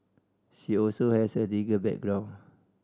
she also has a legal background